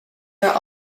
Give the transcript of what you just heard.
are